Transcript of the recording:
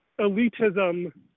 elitism